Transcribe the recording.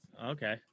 Okay